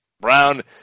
Brown